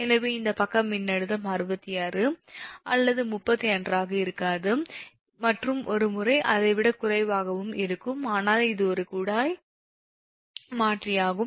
எனவே இந்த பக்க மின்னழுத்தம் 66 அல்லது 33 ஆக இருக்காது மற்றும் ஒரு முறை அதை விட குறைவாக இருக்கும் ஆனால் இது குழாய் மாற்றியாகும்